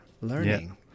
learning